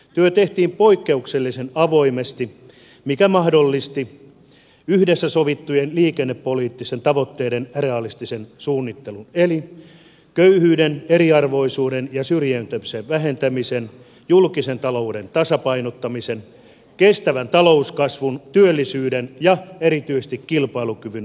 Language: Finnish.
työ tehtiin poikkeuksellisen avoimesti mikä mahdollisti yhdessä sovittujen liikennepoliittisten tavoitteiden realistisen suunnittelun eli köyhyyden eriarvoisuuden ja syrjäytymisen vähentämisen julkisen talouden tasapainottamisen kestävän talouskasvun työllisyyden ja erityisesti kilpailukyvyn vahvistamisen